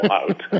out